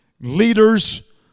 leaders